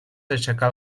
aixecar